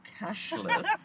cashless